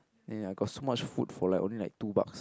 then I got so much food for like only like two bucks